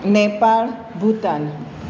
Nepal Bhutan